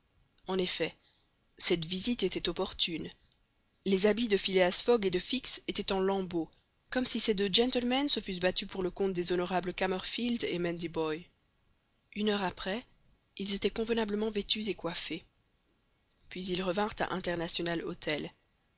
en effet cette visite était opportune les habits de phileas fogg et de fix étaient en lambeaux comme si ces deux gentlemen se fussent battus pour le compte des honorables kamerfield et mandiboy une heure après ils étaient convenablement vêtus et coiffés puis ils revinrent à international hôtel